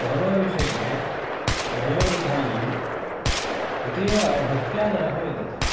गौरवविषये वयोवृद्धानाम् अतीवभक्त्यादरः विद्यते